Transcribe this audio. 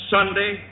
Sunday